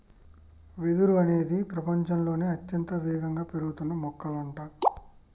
వెదురు అనేది ప్రపచంలోనే అత్యంత వేగంగా పెరుగుతున్న మొక్కలంట